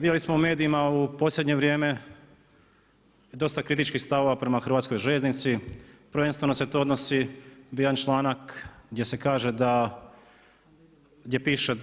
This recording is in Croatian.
Vidjeli smo u medijima u posljednje vrijeme, dosta kritičkih stavova prema hrvatskoj željeznici, prvenstveno se to odnosi, bio je jedan članak gdje se piše